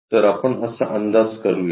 तर आपण असा अंदाज करूया